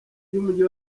ry’umujyi